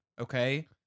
Okay